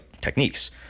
techniques